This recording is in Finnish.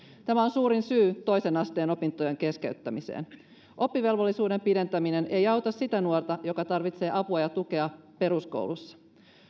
tämä on suurin syy toisen asteen opintojen keskeyttämiseen oppivelvollisuuden pidentäminen ei auta sitä nuorta joka tarvitsee apua ja tukea peruskoulussa